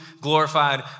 glorified